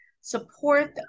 support